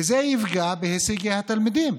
וזה יפגע בהישגי התלמידים.